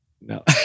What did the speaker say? No